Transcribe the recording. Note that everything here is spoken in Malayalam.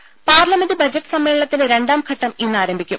രുമ പാർലമെന്റ് ബജറ്റ് സമ്മേളനത്തിന്റെ രണ്ടാംഘട്ടം ഇന്നാരംഭിക്കും